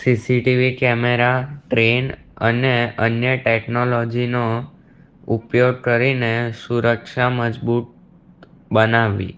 CCTV camera trend અને અન્ય ટેક્નોલોજીનો ઉપયોગ કરીને સુરક્ષા મજબૂત બનાવવી